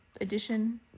edition